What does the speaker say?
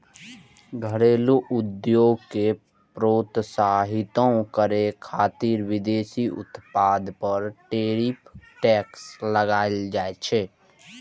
घरेलू उद्योग कें प्रोत्साहितो करै खातिर विदेशी उत्पाद पर टैरिफ टैक्स लगाएल जाइ छै